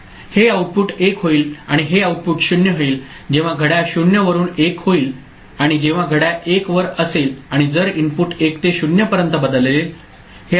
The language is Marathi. हे आउटपुट 1 होईल आणि हे आउटपुट 0 होईल जेव्हा घड्याळ 0 वरून 1 होईल आणि जेव्हा घड्याळ 1 वर असेल आणि जर इनपुट 1 ते 0 पर्यंत बदलेल